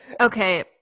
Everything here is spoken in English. Okay